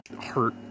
hurt